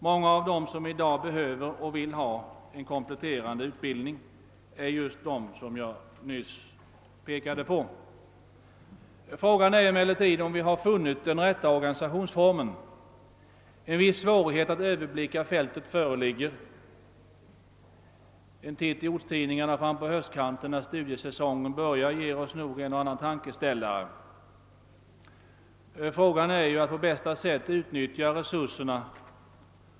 Många av dem som i dag behöver och vill ha en kompletterande utbildning är just människor med sådana erfarenheter som jag nyss pekade på. Frågan är emellertid om vi har funnit den rätta organisationsformen. En viss svårighet att överblicka fältet föreligger. En titt i ortstidningarna frampå höstkanten när studiesäsongen börjar ger oss nog en och annan tankeställare. Meningen är ju att på bästa sätt utnyttja resurserna.